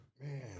Man